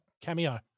cameo